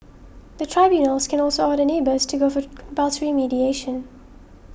the tribunals can also order neighbours to go for compulsory mediation